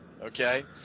Okay